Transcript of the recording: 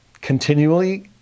Continually